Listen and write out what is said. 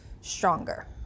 stronger